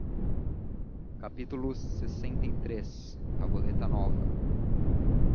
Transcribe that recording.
e correu a ouvi-lo lxiii tabuleta nova